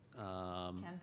Campaign